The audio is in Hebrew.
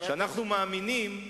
אנחנו מאמינים,